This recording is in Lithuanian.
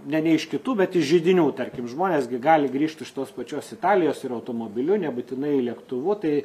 ne ne iš kitų bet iš židinių tarkim žmonės gi gali grįžt iš tos pačios italijos ir automobiliu nebūtinai lėktuvu tai